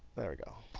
there we go.